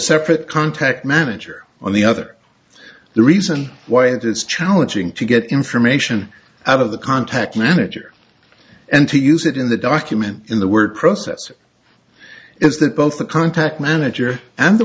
separate contact manager on the other the reason why it is challenging to get information out of the contact manager and to use it in the document in the work process is that both the contact manager and the